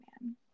Man